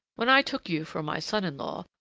when i took you for my son-in-law,